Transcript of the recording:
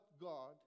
God